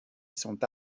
sont